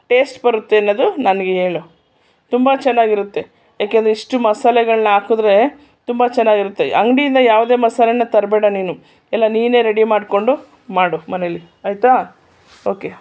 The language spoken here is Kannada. ಟೇಸ್ಟ್ ಬರುತ್ತೆ ಅನ್ನೋದು ನನಗೆ ಹೇಳು ತುಂಬ ಚೆನ್ನಾಗಿರುತ್ತೆ ಯಾಕೆಂದರೆ ಇಷ್ಟು ಮಸಾಲೆಗಳನ್ನ ಹಾಕಿದ್ರೆ ತುಂಬ ಚೆನ್ನಾಗಿರುತ್ತೆ ಅಂಗಡಿಯಿಂದ ಯಾವುದೇ ಮಸಾಲೆನ ತರಬೇಡ ನೀನು ಎಲ್ಲ ನೀನೆ ರೆಡಿ ಮಾಡಿಕೊಂಡು ಮಾಡು ಮನೆಯಲ್ಲಿ ಆಯಿತಾ ಓಕೆ